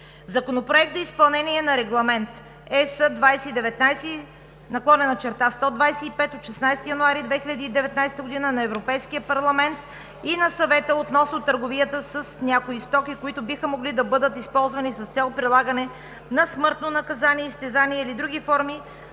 Законопроект за изпълнение на Регламент (ЕС) 2019/125 от 16 януари 2019 г. на Европейския парламент и на Съвета относно търговията с някои стоки, които биха могли да бъдат използвани с цел прилагане на смъртно наказание, изтезание или други форми